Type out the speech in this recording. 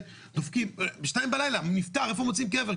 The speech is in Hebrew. דופקים ב-2:00 בלילה, הוא נפטר איפה מוצאים קבר?